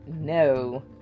no